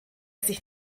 sich